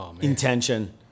intention